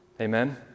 Amen